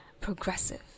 progressive